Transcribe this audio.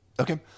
Okay